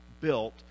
built